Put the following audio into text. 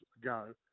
go